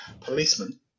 policeman